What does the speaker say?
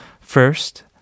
first